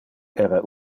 era